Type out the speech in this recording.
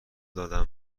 دادم